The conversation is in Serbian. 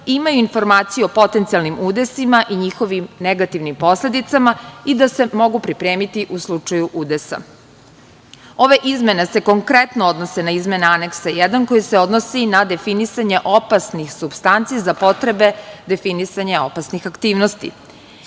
imaju informaciju o potencijalnim udesima i njihovim negativnim posledicama i da se mogu pripremiti u slučaju udesa. Ove izmene se konkretno odnese na izmene Aneksa 1, koji se odnosi na definisanje opasnih supstanci za potrebe definisanja opasnih aktivnosti.